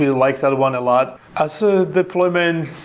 like that one a lot. as ah deployment,